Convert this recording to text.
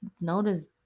notice